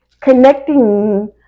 connecting